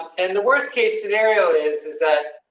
and the worst case scenario is, is that.